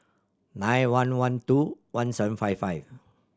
nine one one two one seven five five